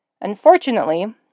Unfortunately